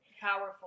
powerful